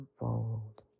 unfold